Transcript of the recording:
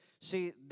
See